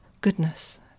goodness